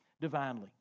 divinely